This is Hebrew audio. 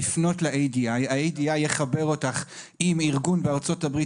לפנות ל-ADI שהוא יחבר אותך עם ארגון בארצות הברית